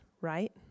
right